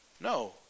No